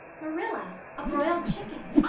marilla, a broiled chicken!